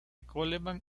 coleman